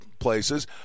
places